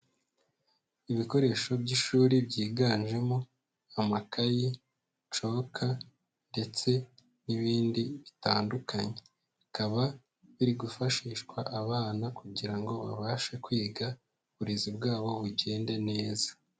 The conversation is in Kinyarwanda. Ibikoresho by'ishuri byiganjemo amakayi nshoboka ndetse n'ibindi bitandukanye, bikaba biri gufashishwa abana kugira ngo babashe kwiga uburezi bwabo bugende neza.